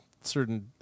certain